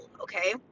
okay